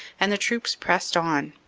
and the troops pressed on,